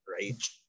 right